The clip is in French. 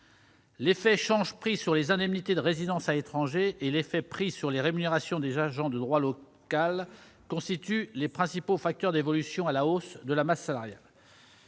L'effet change-prix sur les indemnités de résidence à l'étranger (IRE) et l'effet prix sur les rémunérations des agents de droit local (ADL) constituent les principaux facteurs d'évolution à la hausse de la masse salariale.